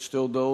שתי הודעות,